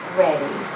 ready